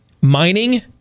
mining